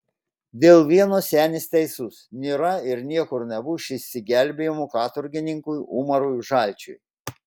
dėl vieno senis teisus nėra ir niekur nebus išsigelbėjimo katorgininkui umarui žalčiui